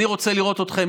אני רוצה לראות אתכם,